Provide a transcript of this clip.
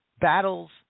battles